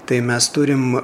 tai mes turim